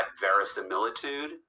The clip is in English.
verisimilitude